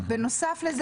מצד שני,